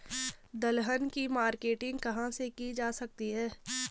दलहन की मार्केटिंग कहाँ की जा सकती है?